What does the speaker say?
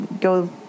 go